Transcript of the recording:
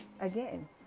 Again